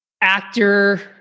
actor